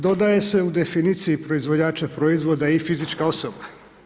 Dodaje se u definiciji proizvođača proizvoda i fizička osoba.